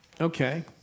Okay